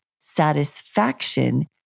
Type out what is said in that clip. satisfaction